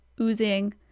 oozing